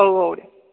औ औ दे